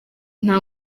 nta